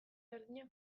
berdinak